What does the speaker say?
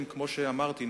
כפי שאמרתי,